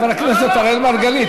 חבר הכנסת אראל מרגלית,